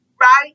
Right